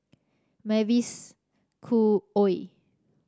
Mavis Khoo Oei